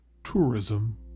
Tourism